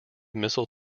missile